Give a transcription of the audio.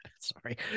sorry